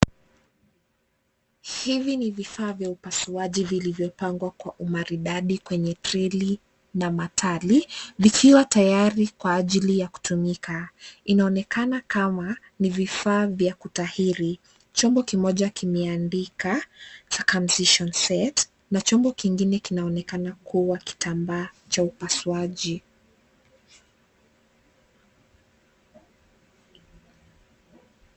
Hivi ni vifaa vya upasuaji vilivyopangwa kwa umaridadi kwenye treli na matali. Vikiwa tayari kwa ajili ya kutumika. Inaonekana kama ni vifaa vya kutahiri. Chombo kimoja kimeandikwa Circumcision set na chombo kingine kinaonekana kuwa kitambaa cha upasuaji.